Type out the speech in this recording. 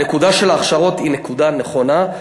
הנקודה של ההכשרות היא נקודה נכונה.